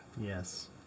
Yes